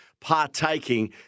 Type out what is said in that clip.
partaking